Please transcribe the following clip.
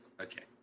Okay